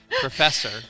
Professor